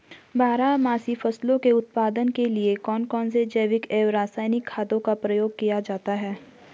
बारहमासी फसलों के उत्पादन के लिए कौन कौन से जैविक एवं रासायनिक खादों का प्रयोग किया जाता है?